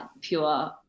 pure